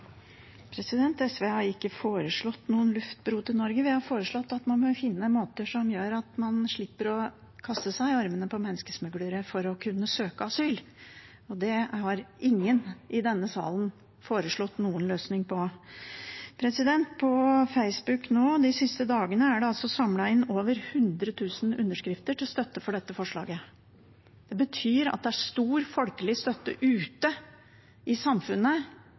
SV har ikke foreslått noen luftbro til Norge. Vi har foreslått at man må finne måter som gjør at man slipper å kaste seg i armene på menneskesmuglere for å kunne søke asyl, og det har ingen i denne salen foreslått noen løsning på. På Facebook nå de siste dagene er det samlet inn over 100 000 underskrifter til støtte for dette forslaget. Det betyr at det er stor folkelig støtte ute i samfunnet